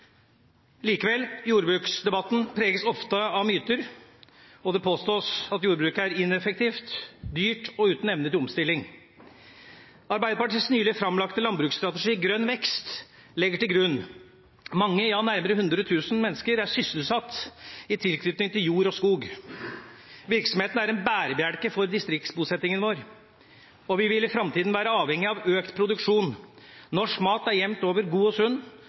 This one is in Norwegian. Likevel: Jordbruksdebatten preges ofte av myter, og det påstås at jordbruket er ineffektivt, dyrt og uten evne til omstilling. Arbeiderpartiets nylig framlagte landbruksstrategi, Grønn vekst, legger til grunn at mange, ja nærmere hundretusen mennesker er sysselsatt i tilknytning til jord og skog. Virksomheten er en bærebjelke for distriktsbosettingen vår, og vi vil i framtida være avhengig av økt produksjon. Norsk mat er jevnt over god og sunn.